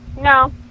no